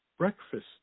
Breakfast